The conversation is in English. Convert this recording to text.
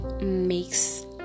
makes